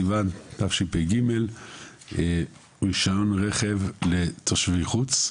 בנושא רישיון רכב לתושבי חוץ.